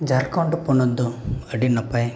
ᱡᱷᱟᱨᱠᱷᱚᱸᱰ ᱯᱚᱱᱚᱛ ᱫᱚ ᱟᱹᱰᱤ ᱱᱟᱯᱟᱭ